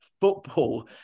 football